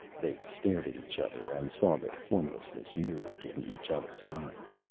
they stared at each other, and saw their formlessness mirrored in each other's eyes.